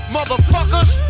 Motherfuckers